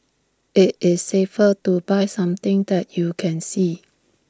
IT is safer to buy something that you can see